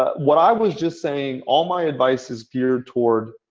ah what i was just saying, all my advice is geared toward